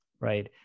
right